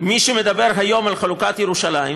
מי שמדבר היום על חלוקת ירושלים,